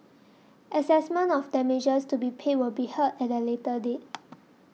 assessment of damages to be paid will be heard at a later date